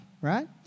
right